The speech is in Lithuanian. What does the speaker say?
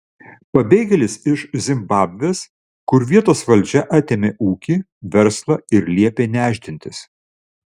pabėgėlis iš zimbabvės kur vietos valdžia atėmė ūkį verslą ir liepė nešdintis